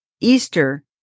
Easter